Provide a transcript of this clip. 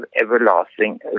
everlasting